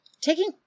taking